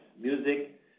music